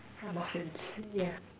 some muffins yeah